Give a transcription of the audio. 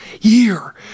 year